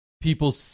people